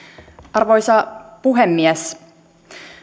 arvoisa puhemies